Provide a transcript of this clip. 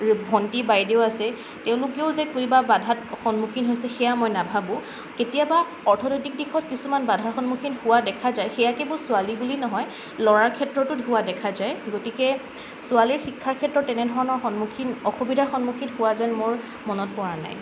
ভণ্টি বাইদেউ আছে তেওঁলোকেও যে কোনোবা বাধাৰ সন্মুখীন হৈছে সেয়া মই নাভাবোঁ কেতিয়াবা অৰ্থনৈতিক দিশত কিছুমান বাধাৰ সন্মুখীন হোৱা দেখা যায় সেইয়া কিন্তু ছোৱালী বুলি নহয় ল'ৰাৰ ক্ষেত্ৰতো হোৱা দেখা যায় গতিকে ছোৱালীৰ শিক্ষাৰ ক্ষেত্ৰত তেনেধৰণৰ সন্মুখীন অসুবিধাৰ সন্মুখীন হোৱা যেন মোৰ মনত পৰা নাই